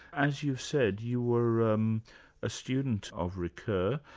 as you said, you were um a student of ricoeur.